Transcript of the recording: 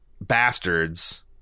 bastards